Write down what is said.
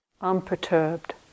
unperturbed